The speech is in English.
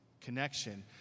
connection